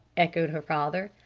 echoed her father.